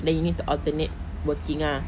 then you need to alternate working ah